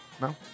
No